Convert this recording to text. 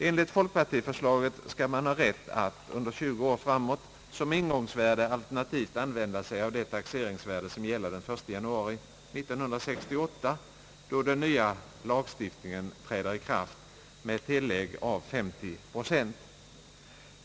Enligt folkpartiförslaget skall man ha rätt att — under 20 år framåt — som ingångsvärde alternativt använda sig av det taxeringsvärde som gäller den 1 januari 1968, då den nya lagstiftningen träder i kraft, med ett tillägg av 50 procent.